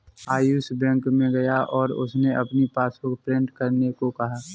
Ayush bank में गया और उससे अपनी पासबुक प्रिंट करने को कहा